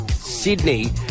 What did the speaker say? Sydney